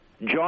John